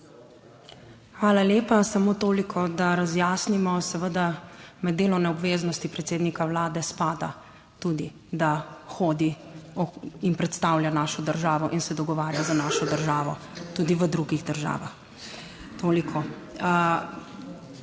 Hvala lepa. Samo toliko, da razjasnimo. Seveda med delovne obveznosti predsednika Vlade spada tudi to, da hodi in predstavlja našo državo in se dogovarja za našo državo tudi v drugih državah. Toliko.